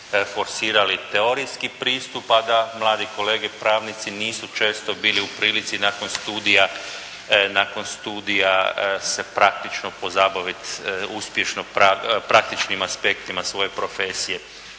forsirali teorijski pristup a da mladi kolege pravnici nisu često bili u prilici nakon studija se praktično pozabaviti uspješno praktičnim aspektima svoje profesije.